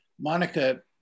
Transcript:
Monica